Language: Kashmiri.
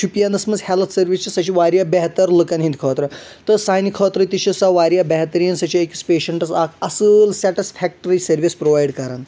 شپینس منٛز ہٮ۪لتھ سٔروِس چھ سُہ چھ واریاہ بہتر لُکن ۂنٛدۍ خأطرٕ تہٕ سانہِ خأطرٕ تہِ چھ سۄ واریاہ بہتریٖن سُہ چھ أکِس پیشنٹس اکھ اَصل سٮ۪ٹسفیکڑی سٔروِس پرووایِڈ کران